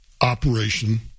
operation